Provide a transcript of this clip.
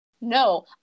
No